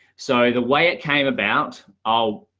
so the way it came about, i'll,